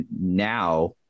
now